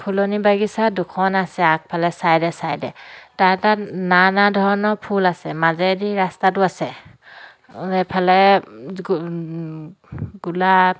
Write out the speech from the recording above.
ফুলনি বাগিচা দুখন আছে আগফালে চাইডে চাইডে তাৰ তাত নানা ধৰণৰ ফুল আছে মাজেদি ৰাস্তাটো আছে এইফালে গোলাপ